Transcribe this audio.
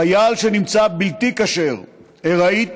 חייל שנמצא בלתי כשיר ארעית